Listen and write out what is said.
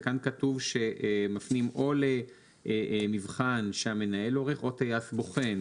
וכאן כתוב שמפנים או למבחן שהמנהל עורך או טייס בוחן.